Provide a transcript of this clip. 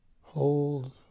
Hold